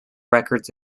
records